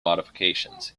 modifications